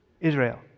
Israel